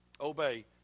Obey